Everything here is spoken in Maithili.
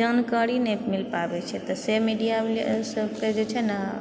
जानकारी नहि मिल पाबैत छै तऽ से मीडिया वला सबके छै ने